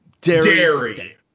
Dairy